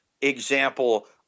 example